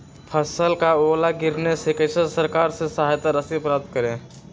फसल का ओला गिरने से कैसे सरकार से सहायता राशि प्राप्त करें?